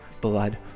blood